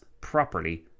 properly